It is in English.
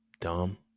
Dumb